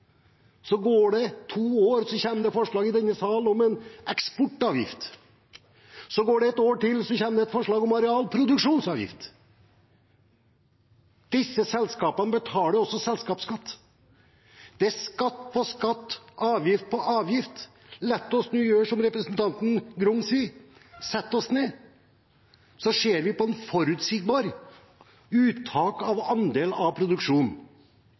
Så går det to år, og så fremmes det et forslag i denne salen om en eksportavgift. Så går det et år til, og så fremmes det et forslag om arealavgift/produksjonsavgift. Disse selskapene betaler også selskapsskatt. Det er skatt på skatt og avgift på avgift. La oss nå gjøre som representanten Grung sa, og sette oss ned og se hva et forutsigbart uttak av andelen av produksjonen